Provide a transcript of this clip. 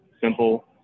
simple